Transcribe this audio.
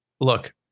Look